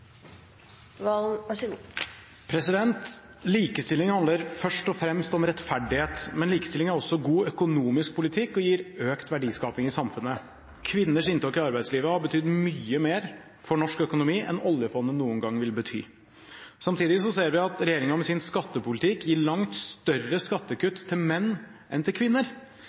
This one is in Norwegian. gir økt verdiskaping i samfunnet. Kvinners inntog i arbeidslivet har betydd mye mer for norsk økonomi enn oljefondet noen gang vil bety. Samtidig ser vi at regjeringen med sin skattepolitikk gir langt større skattekutt til menn enn til kvinner.